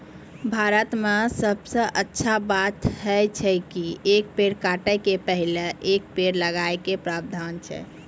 भारत मॅ सबसॅ अच्छा बात है छै कि एक पेड़ काटै के पहिने एक पेड़ लगाय के प्रावधान छै